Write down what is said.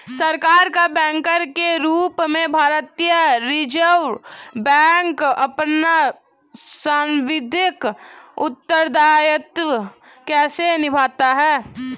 सरकार का बैंकर के रूप में भारतीय रिज़र्व बैंक अपना सांविधिक उत्तरदायित्व कैसे निभाता है?